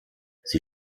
sie